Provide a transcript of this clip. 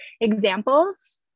examples